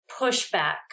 pushback